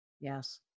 Yes